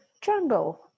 jungle